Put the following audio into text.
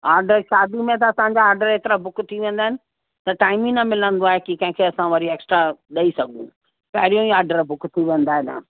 order शादी में असांजा ऑडर एतिरा बुक थी वेंदा आहिनि त टाइम ई न मिलंदो आहे की कंहिंखे असां वरी एक्स्ट्रा ॾई सघूं पहिरियों ई ऑडर बुक थी वेंदा आहिनि हा